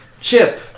Chip